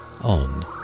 on